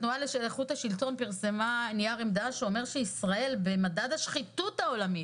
התנועה לאיכות השלטון פרסמה נייר עמדה שאומר שישראל במדד השחיתות העולמי